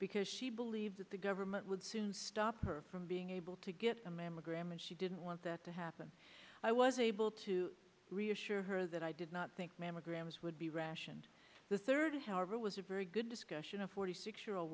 because she believed that the government would soon stop her from being able to get a mammogram and she didn't want that to happen i was able to reassure her that i did not think mammograms would be rationed the third however was a very good discussion a forty six year old